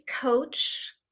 coach